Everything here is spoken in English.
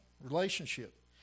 relationship